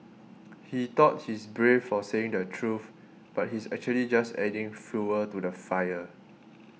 he thought he's brave for saying the truth but he's actually just adding fuel to the fire